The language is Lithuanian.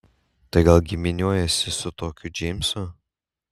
tai gal giminiuojiesi su tokiu džeimsu